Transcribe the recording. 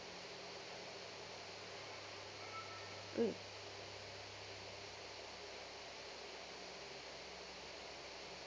mm